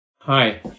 Hi